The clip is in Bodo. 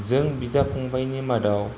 जों बिदा फंबायनि मादाव